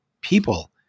people